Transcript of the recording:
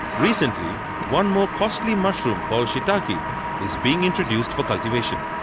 recently one more costly mushroom called shitake is being introduced for cultivation.